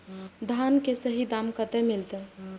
धान की सही दाम कते मिलते?